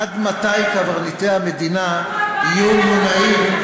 עד מתי קברניטי המדינה יהיו מונעים,